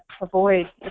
avoid